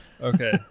okay